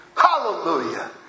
Hallelujah